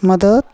मदत